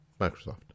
Microsoft